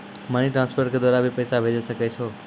Money transfer के द्वारा भी पैसा भेजै सकै छौ?